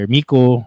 Miko